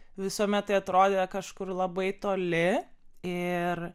visuomet tai atrodė kažkur labai toli ir